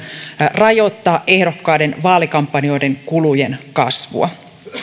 rajoittaa ehdokkaiden vaalikampanjoiden kulujen kasvua